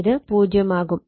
ഇത് 0 ആകും